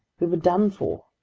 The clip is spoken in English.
we were done for!